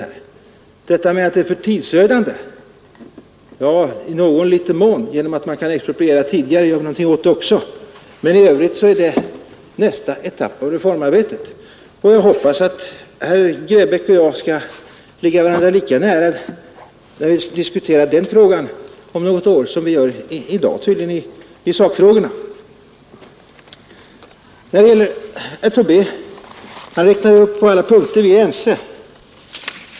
Genom att man kan expropriera tidigare, blir förfarandet också i någon liten mån mindre tidsödande. Men i övrigt är det i nästa etapp av reformarbetet som vi skall göra något åt den saken. Jag hoppas att herr Grebäck och jag skall ligga varandra lika nära då när vi diskuterar den frågan om något år, som vi tydligen gör i dag i sakfrågorna. Herr Tobé räknade upp alla de punkter där vi är ense.